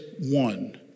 one